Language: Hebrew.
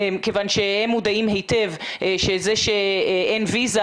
כיוון שהם מודעים היטב שזה שאין ויזה,